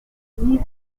pousser